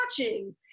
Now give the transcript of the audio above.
watching